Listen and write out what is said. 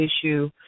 issue